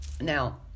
Now